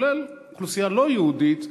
כולל אוכלוסייה לא יהודית,